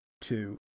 two